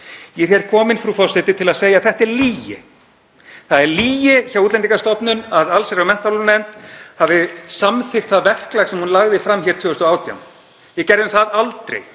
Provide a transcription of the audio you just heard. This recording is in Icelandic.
Ég er hér kominn, frú forseti, til að segja að þetta er lygi. Það er lygi hjá Útlendingastofnun að allsherjar- og menntamálanefnd hafi samþykkt það verklag sem hún lagði fram hér 2018. Við gerðum það aldrei.